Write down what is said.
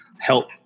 help